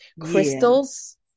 crystals